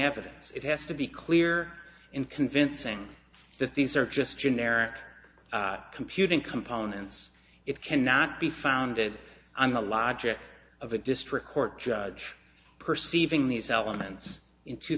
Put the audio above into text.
evidence it has to be clear in convincing that these are just generic computing components it cannot be founded on the logic of a district court judge perceiving these elements in two